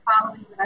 following